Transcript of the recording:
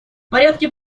порядке